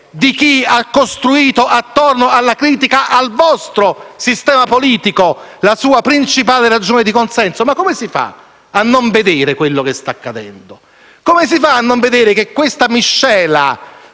di chi ha costruito attorno alla critica al vostro sistema politico la sua principale ragione di consenso? Come si fa a non vedere quanto sta accadendo? Come si fa a non vedere che questa miscela